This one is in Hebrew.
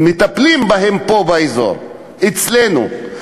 מטפלים פה באזור, אצלנו?